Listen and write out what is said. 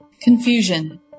Confusion